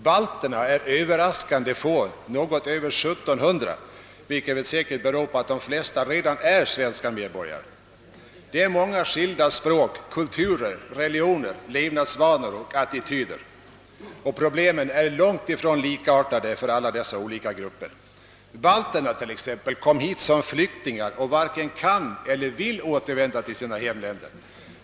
Balterna är överraskande få, något över 1700, vilket säkerligen beror på att de flesta redan är svenska medborgare. Det är många skilda språk, kulturer, religioner, levnadsvanor och attityder bland desa människor, och problemen är långt ifrån likartade för dessa grupper. Balterna kom t.ex. hit som flyktingar och varken kan eller vill återvända till sina hemländer.